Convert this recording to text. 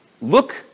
look